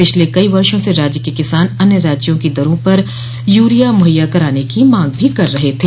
पिछले कई वर्षो से राज्य के किसान अन्य राज्यों की दरों पर यूरिया मुहैया कराने की मांग भी कर रहे थे